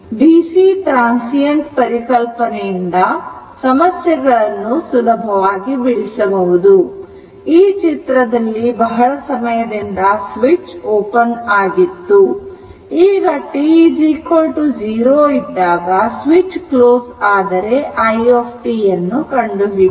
DC transient ಪರಿಕಲ್ಪನೆಯಿಂದ ಸಮಸ್ಯೆಗಳನ್ನು ಇಂಥ ಸುಲಭವಾಗಿ ಬಿಡಿಸಬಹುದು ಈ ಚಿತ್ರದಲ್ಲಿ ಸ್ವಿಚ್ ಬಹಳ ಸಮಯದಿಂದ ಓಪನ್ ಆಗಿತ್ತು ಈಗ t 0ಇದ್ದಾಗ ಸ್ವಿಚ್ ಕ್ಲೋಸ್ ಆದರೆ i ಯನ್ನು ಕಂಡುಹಿಡಿಯಿರಿ